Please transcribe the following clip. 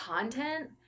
content